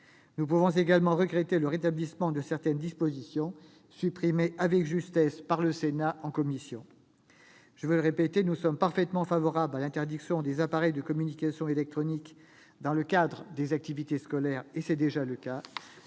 Nous pouvons également regretter le rétablissement de certaines dispositions qui avaient été supprimées à juste titre par le Sénat en commission. Je le répète, nous sommes tout à fait favorables à l'interdiction des appareils de communication électronique dans le cadre des activités scolaires, mais elle est